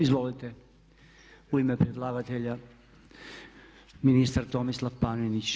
Izvolite, u ime predlagatelja ministar Tomislav Panenić.